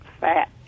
fat